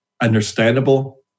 understandable